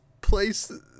place